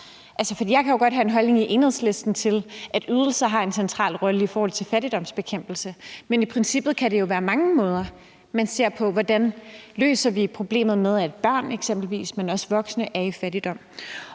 Jeg kan jo godt have en holdning i Enhedslisten til, at ydelser har en central rolle i forhold til fattigdomsbekæmpelse, men i princippet kan det jo være mange måder, man ser på, hvordan man løser problemer med, at eksempelvis børn, men også voksne er i fattigdom.